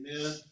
amen